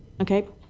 okay.